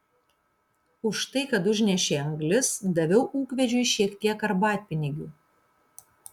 už tai kad užnešė anglis daviau ūkvedžiui šiek tiek arbatpinigių